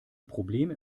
problem